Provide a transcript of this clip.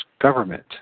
government